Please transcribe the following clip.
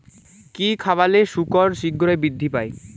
কি খাবালে শুকর শিঘ্রই বৃদ্ধি পায়?